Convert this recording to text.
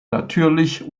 natürlich